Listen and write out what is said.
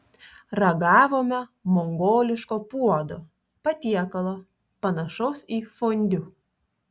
ragavome mongoliško puodo patiekalo panašaus į fondiu